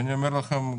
אני אומר לכם,